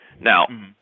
now